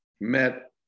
met